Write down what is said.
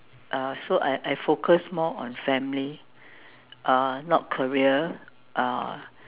uh so I I focus more on family uh not career uh